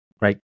right